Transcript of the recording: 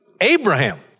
Abraham